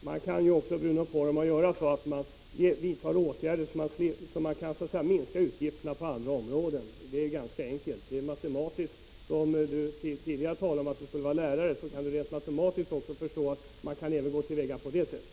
Fru talman! Man kan ju också göra så, att man vidtar åtgärder som minskar utgifterna på andra områden. Det är ganska enkelt. Eftersom Bruno Poromaa tidigare talade som om han skulle vara lärare, kan han säkert rent matematiskt förstå att man även kan gå till väga på det sättet.